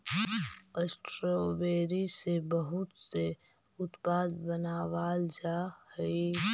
strawberry से बहुत से उत्पाद बनावाल जा हई